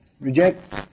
reject